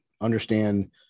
understand